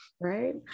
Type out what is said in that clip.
right